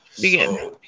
begin